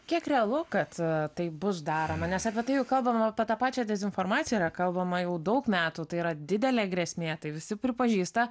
kiek realu kad taip bus daroma nes apie tai jau kalbame apie tą pačią dezinformaciją yra kalbama jau daug metų tai yra didelė grėsmė tai visi pripažįsta